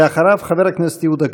ואחריו, חבר הכנסת יהודה גליק.